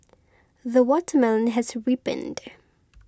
the watermelon has ripened